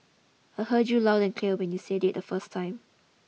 I heard you loud and clear when you said it the first time